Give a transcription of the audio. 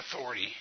authority